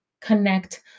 connect